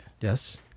Yes